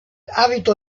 hábito